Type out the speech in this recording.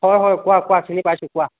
হয় হয় কোৱা কোৱা চিনি পাইছো কোৱা